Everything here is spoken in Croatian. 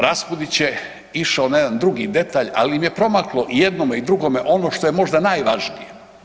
Raspudić je išao na jedan drugi detalj, ali im je promaklo jednome i drugome ono što je možda najvažnije.